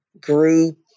group